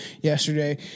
yesterday